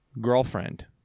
girlfriend